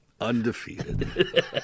undefeated